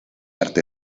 arte